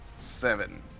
seven